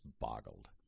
boggled